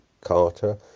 Carter